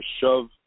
shove